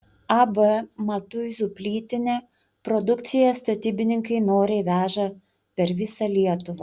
ab matuizų plytinė produkciją statybininkai noriai veža per visą lietuvą